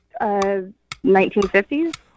1950s